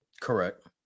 Correct